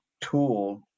tool